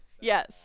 Yes